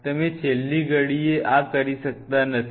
તમે છેલ્લી ઘડીએ આ કરી શકતા નથી